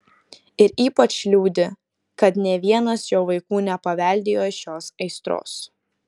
ir ypač liūdi kad nė vienas jo vaikų nepaveldėjo šios aistros